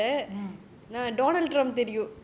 பண்றது இல்ல:pandrathu illa